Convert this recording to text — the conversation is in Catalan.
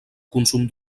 consum